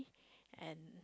and